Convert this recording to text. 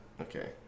Okay